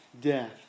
death